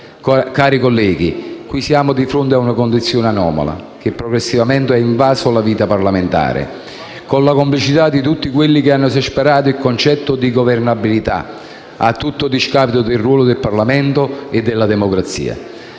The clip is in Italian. Cari colleghi, qui siamo di fronte a una condizione anomala che, progressivamente, ha invaso la vita parlamentare, con la complicità di tutti quelli che hanno esasperato il concetto di «governabilità», a tutto discapito del ruolo del Parlamento e della democrazia.